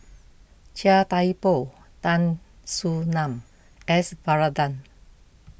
Chia Thye Poh Tan Soo Nan S Varathan